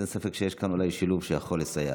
אז אין ספק שיש כאן אולי שילוב שיכול לסייע.